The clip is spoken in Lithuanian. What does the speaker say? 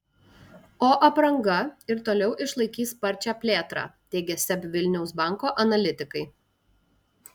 o apranga ir toliau išlaikys sparčią plėtrą teigia seb vilniaus banko analitikai